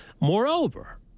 Moreover